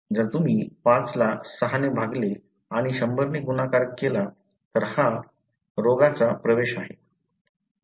जर तुम्ही 5 ला 6 ने भागले आणि 100 ने गुणाकार केला तर हा रोगाचा प्रवेश आहे